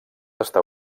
estar